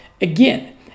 again